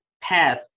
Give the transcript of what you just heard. path